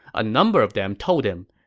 a number of them told him,